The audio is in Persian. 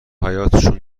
حیاطشون